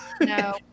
No